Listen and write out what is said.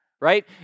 right